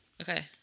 Okay